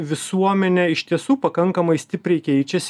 visuomenė iš tiesų pakankamai stipriai keičiasi